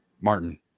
Martin